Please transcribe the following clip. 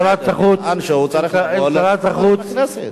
נטען שהוא צריך לבוא לדיונים בכנסת.